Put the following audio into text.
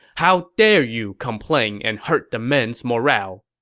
how dare you complain and hurt the men's morale!